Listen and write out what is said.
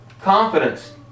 confidence